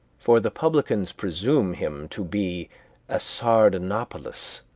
for the publicans presume him to be a sardanapalus,